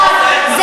דה-לוקס.